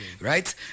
right